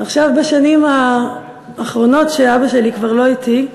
עכשיו, בשנים האחרונות, כשאבא שלי כבר לא אתי,